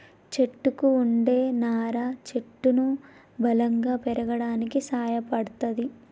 చెట్టుకు వుండే నారా చెట్టును బలంగా పెరగడానికి సాయపడ్తది